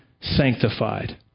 sanctified